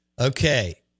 Okay